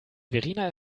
verena